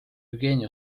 jevgeni